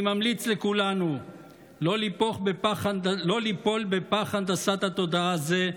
אני ממליץ לכולנו לא ליפול בפח הנדסת התודעה הזה,